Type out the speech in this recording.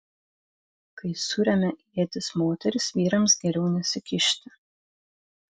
kai suremia ietis moterys vyrams geriau nesikišti